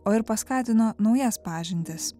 o ir paskatino naujas pažintis